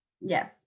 yes